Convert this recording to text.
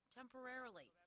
temporarily